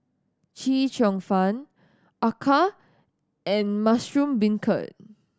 Chee Cheong Fun acar and mushroom beancurd